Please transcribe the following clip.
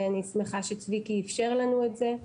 ואני שמחה שצביקי איפשר לנו את זה.